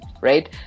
right